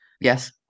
Yes